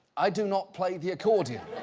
i do not play the accordion.